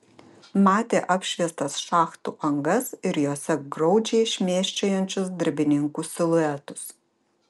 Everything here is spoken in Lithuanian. matė apšviestas šachtų angas ir jose graudžiai šmėsčiojančius darbininkų siluetus